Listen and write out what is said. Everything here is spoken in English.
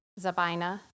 Zabina